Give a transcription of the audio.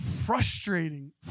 frustrating